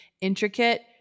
intricate